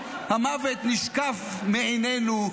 המוות נשקף מעינינו.